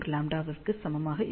04λ க்கு சமமாக இருக்கும்